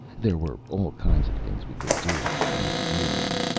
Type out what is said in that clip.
there were all kinds of things we could do in theory.